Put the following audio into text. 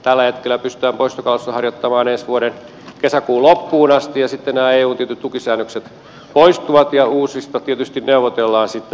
tällä hetkellä pystytään poistokalastusta harjoittamaan ensi vuoden kesäkuun loppuun asti ja sitten nämä eun tietyt tukisäännökset poistuvat ja uusista tietysti neuvotellaan sitten